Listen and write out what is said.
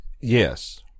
Yes